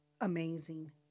amazing